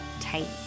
tight